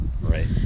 Right